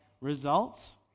Results